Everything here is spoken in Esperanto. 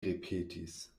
ripetis